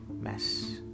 mess